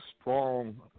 strong